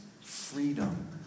freedom